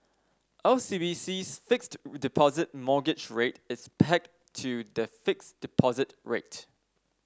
OCBC's Fixed Deposit Mortgage Rate is pegged to the fixed deposit rate